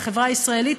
לחברה הישראלית,